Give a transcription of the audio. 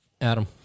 Adam